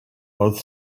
both